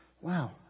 wow